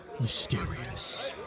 mysterious